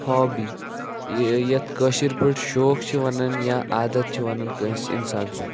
hobby یہِ یَتھ کٲشِر پٲٹھۍ شوق چھِ وَنان یا عادَت چھِ وَنان کانٛسہِ اِنسان سُنٛد